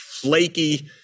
flaky